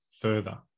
further